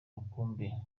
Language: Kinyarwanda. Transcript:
rukumbi